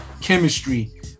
chemistry